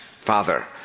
Father